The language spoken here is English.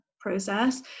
process